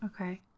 Okay